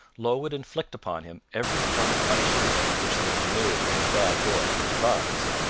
low would inflict upon him every form of punishment which the ingenuity of a bad boy could devise,